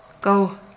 Go